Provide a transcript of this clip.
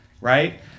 right